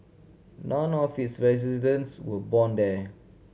none of its residents were born there